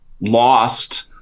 lost